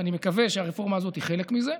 ואני מקווה שהרפורמה הזאת היא חלק מזה,